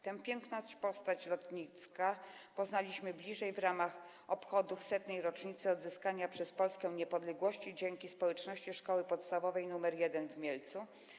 Tę piękną postać lotnika poznaliśmy bliżej w ramach obchodów 100. rocznicy odzyskania przez Polskę niepodległości dzięki społeczności Szkoły Podstawowej nr 1 w Mielcu.